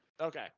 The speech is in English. Okay